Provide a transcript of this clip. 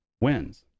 wins